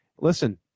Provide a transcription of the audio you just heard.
Listen